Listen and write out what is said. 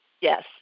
Yes